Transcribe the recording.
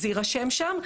זה יירשם שם,